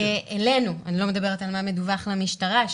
אני לא מדברת על מה מדווח למשטרה,